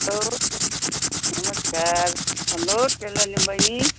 hello नमस्कार hello टेलरनी बहिनी